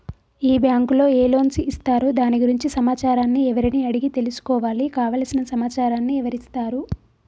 ఈ బ్యాంకులో ఏ లోన్స్ ఇస్తారు దాని గురించి సమాచారాన్ని ఎవరిని అడిగి తెలుసుకోవాలి? కావలసిన సమాచారాన్ని ఎవరిస్తారు?